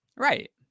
right